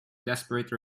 desperate